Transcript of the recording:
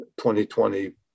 2020